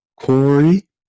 Corey